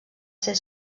ser